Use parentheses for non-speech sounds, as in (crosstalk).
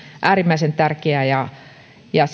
äärimmäisen tärkeä ja (unintelligible)